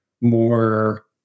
more